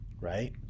right